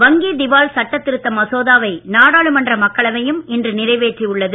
வங்கி திவால் சட்ட திருத்த மசோதாவை நாடாளுமன்ற மக்களவையும் இன்று நிறைவேற்றி உள்ளது